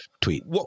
tweet